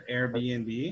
Airbnb